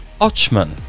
ochman